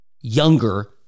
younger